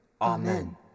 Amen